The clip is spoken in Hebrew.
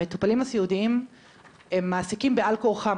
המטופלים הסיעודיים הם מעסיקים בעל כורכם,